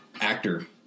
actor